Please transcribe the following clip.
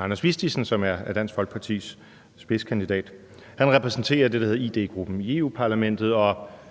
Anders Vistisen, som er Dansk Folkepartis spidskandidat. Han repræsenterer det, der hedder ID-gruppen i Europa-Parlamentet.